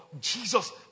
Jesus